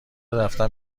رفتن